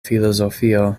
filozofio